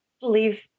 believe